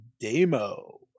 Demo